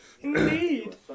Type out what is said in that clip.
Indeed